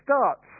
starts